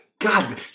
God